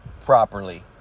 properly